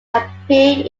appeared